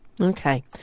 Okay